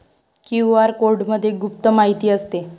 QR कोडमध्ये गुप्त माहिती असते